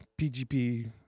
PGP